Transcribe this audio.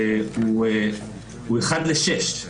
הוא 1 ל- 6,